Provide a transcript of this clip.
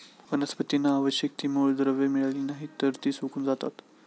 वनस्पतींना आवश्यक ती मूलद्रव्ये मिळाली नाहीत, तर ती सुकून जातात